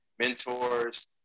mentors